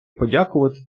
подякувати